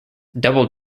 double